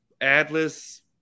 Atlas